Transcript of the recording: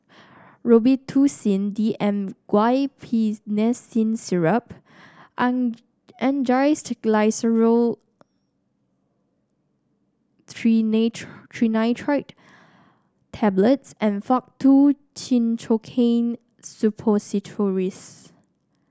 Robitussin D M Guaiphenesin Syrup Angised Glyceryl Trinitrate Tablets and Faktu Cinchocaine Suppositories